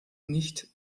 nicht